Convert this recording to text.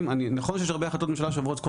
נכון שיש הרבה החלטות ממשלה שעוברות את כל